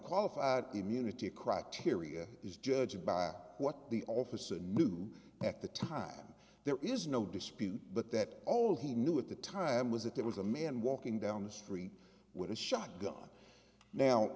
qualified immunity criteria is judged by what the office and knew at the time there is no dispute but that all he knew at the time was that there was a man walking down the street with a shotgun now